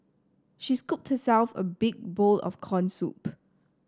she scooped herself a big bowl of corn soup